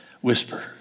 whisper